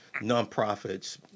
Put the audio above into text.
nonprofits